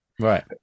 Right